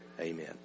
Amen